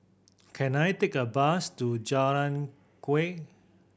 can I take a bus to Jalan Kuak